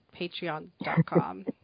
Patreon.com